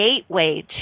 gateway